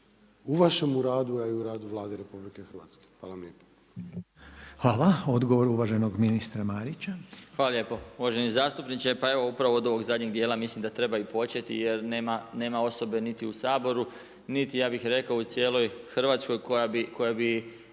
u vašemu radu, a i u radu Vlade RH. Hvala vam lijepo. **Reiner, Željko (HDZ)** Hvala. Odgovor uvaženog ministra Marića. **Marić, Zdravko** Hvala lijepo. Uvaženi zastupniče. Pa evo upravo od ovog zadnjeg dijela mislim da treba i početi jer nema osobe niti u Saboru, niti u cijeloj Hrvatskoj koja bi